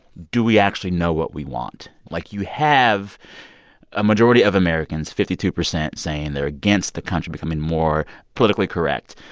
do we actually know what we want? like, you have a majority of americans fifty two percent saying they're against the country becoming more politically correct.